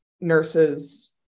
nurses